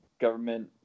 government